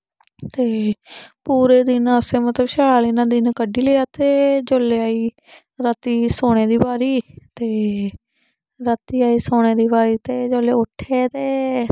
उत्थे गए पूरे दिन असें मतलब शैल इ'यां दिन कड्डी लेया ते जिल्ले आई रातीं सोने दी बारी ते रातीं आई सोने दी बारी ते जेल्ले उट्ठे ते